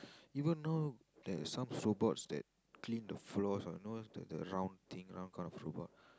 even though there's some robots that clean the floors you know the the round thing round kind of robot